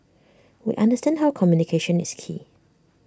we understand how communication is key